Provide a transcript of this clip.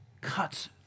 cuts